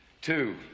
Two